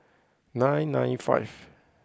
nine nine five